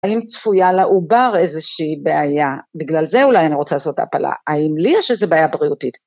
האם צפויה לעובר איזושהי בעיה? בגלל זה אולי אני רוצה לעשות הפעלה. האם לי יש איזו בעיה בריאותית?